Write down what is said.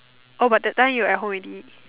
oh but that time you were at home already